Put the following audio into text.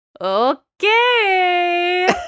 Okay